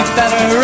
better